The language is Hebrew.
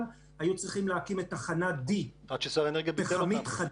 היו צריכים להקים את תחנה די --- עד ששר האנרגיה ביטל אותה.